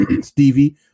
Stevie